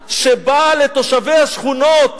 ברעה שבאה לתושבי השכונות